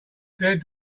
dead